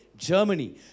Germany